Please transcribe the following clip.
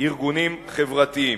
ארגונים חברתיים.